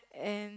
and